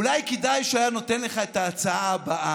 אולי כדאי שהיה נותן לך את ההצעה הבאה: